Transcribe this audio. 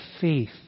faith